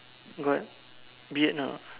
got beard or not